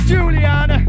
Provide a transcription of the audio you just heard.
Julian